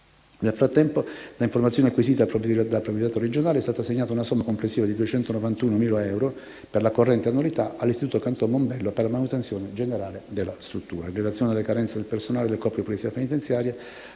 Nel frattempo, da informazioni acquisite dal Provveditorato regionale, è stata assegnata una somma complessiva di 291.000 euro per la corrente annualità all'istituto Canton Mombello, per la manutenzione generale della struttura. In relazione alle carenze del personale del corpo di polizia penitenziaria